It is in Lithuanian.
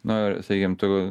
na sakykim tu